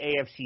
AFC